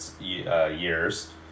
years